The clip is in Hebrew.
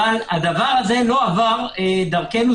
אבל זה לא עבר דרכנו.